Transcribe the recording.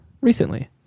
recently